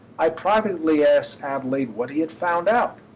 i privately asked adelaide what he had found out.